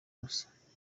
ubusa